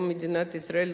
לא מדינת ישראל,